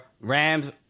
Rams